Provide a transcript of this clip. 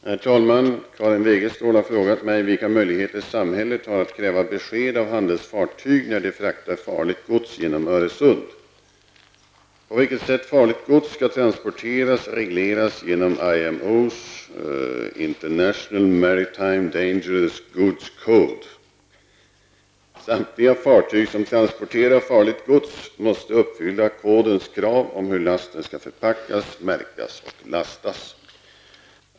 Herr talman! Karin Wegestål har frågat mig vilka möjligheter samhället har att kräva besked av handelsfartyg när de fraktar farligt gods genom Maritime Dangerous Goods Code). Samtliga fartyg som transporterar farligt gods måste uppfylla kodens krav om hur lasten skall förpackas, märkas och lastas.